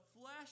flesh